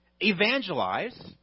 evangelize